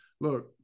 look